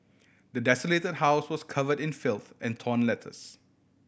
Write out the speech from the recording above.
the desolated house was covered in filth and torn letters